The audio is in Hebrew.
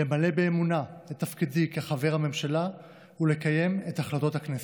למלא באמונה את תפקידי כחבר הממשלה ולקיים את החלטות הכנסת.